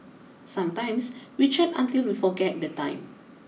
sometimes we chat until we forget the time